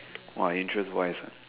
!wah! interest wise ah